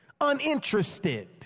uninterested